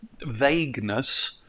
vagueness